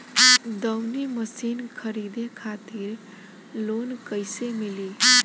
दऊनी मशीन खरीदे खातिर लोन कइसे मिली?